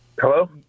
Hello